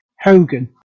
Hogan